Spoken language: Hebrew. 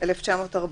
1940